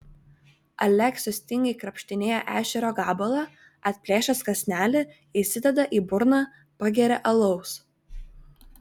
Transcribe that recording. aleksius tingiai krapštinėja ešerio gabalą atplėšęs kąsnelį įsideda į burną pageria alaus